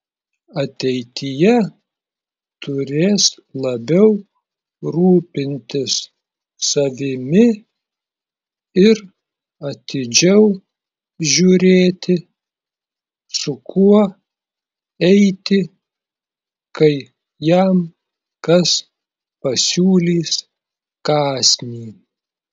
ateityje turės labiau rūpintis savimi ir atidžiau žiūrėti su kuo eiti kai jam kas pasiūlys kąsnį